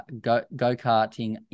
go-karting